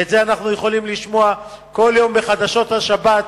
ואת זה אנחנו יכולים לשמוע כל שבוע בחדשות השבת,